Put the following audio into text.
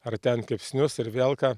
ar ten kepsnius ir vėl ką